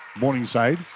Morningside